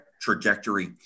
trajectory